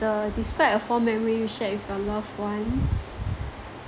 the describe a fond memory you shared with your loved ones